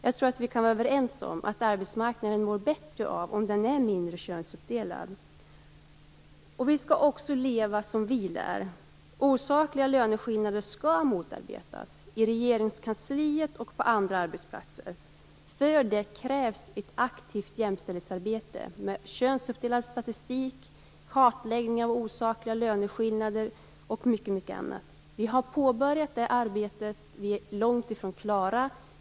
Jag tror att vi kan vara överens om att arbetsmarknaden mår bättre av att vara mindre könsuppdelad. Vi skall också leva som vi lär. Osakliga löneskillnader skall motarbetas, i Regeringskansliet och på andra arbetsplatser. För det krävs ett aktivt jämställdhetsarbete med könsuppdelad statistik, kartläggning av osakliga löneskillnader och mycket annat. Vi har påbörjat det arbetet. Vi är långt ifrån klara.